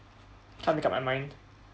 can't make up my mind